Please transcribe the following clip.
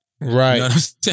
Right